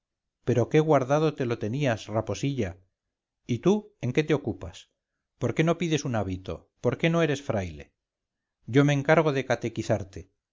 pero qué guardado te lo tenías raposilla y tú en qué te ocupas por qué no pides un hábito por qué no eres fraile yo me encargo de catequizarte